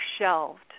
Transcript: shelved